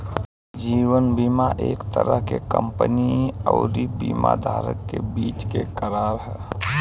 जीवन बीमा एक तरह के बीमा कंपनी अउरी बीमा धारक के बीच के करार ह